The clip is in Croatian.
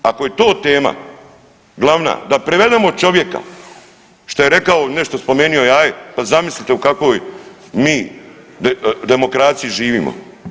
Ako je to tema glavna da privedemo čovjeka što je rekao nešto spomenio jaje pa zamislite u kakvoj mi demokraciji živimo.